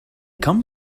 come